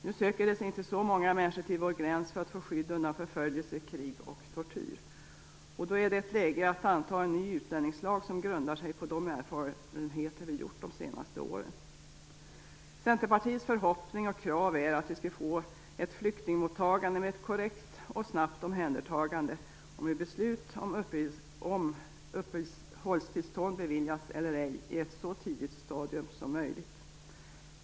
Nu söker sig inte så många till vår gräns för att få skydd undan förföljelse, krig och tortyr. Då är det läge att anta en ny utlänningslag som grundar sig på de erfarenheter vi gjort under de senaste åren. Centerpartiets förhoppning och krav är att vi skall få ett flyktingmottagande med ett korrekt och snabbt omhändertagande och med beslut om uppehållstillstånd beviljas eller ej i ett så tidigt stadium som möjligt.